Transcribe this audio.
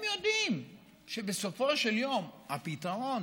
הם יודעים שבסופו של יום הפתרון